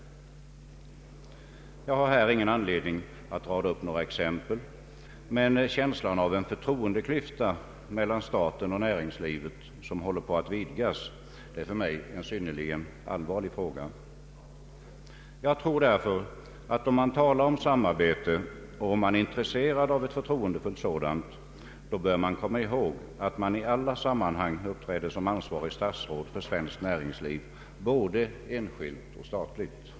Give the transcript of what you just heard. Jag har här ingen anledning att rada upp några exempel, men känslan av en förtroendeklyfta mellan staten och näringslivet som håller på att vidgas är för mig synnerligen allvarlig. Jag tror därför att man, om man talar om samarbete och om man är intresserad av ett förtroendefullt samarbete, bör komma ihåg att man i alla sammanhang uppträder som ansvarigt statsråd för svenskt näringsliv, både enskilt och statligt.